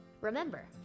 Remember